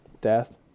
Death